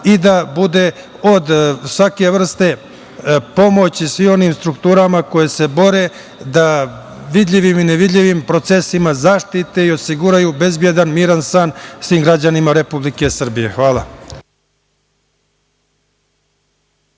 i da bude od svake vrste pomoći svim onim strukturama koje se bore da vidljivim i nevidljivim procesima zaštite i osiguraju bezbedan, miran san svim građanima Republike Srbije. Hvala.